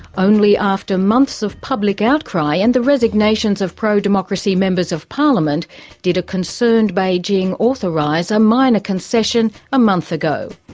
only after months of public outcry and the resignations of pro-democracy members of parliament did a concerned beijing authorise a minor concession a month ago.